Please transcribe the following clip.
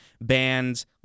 bands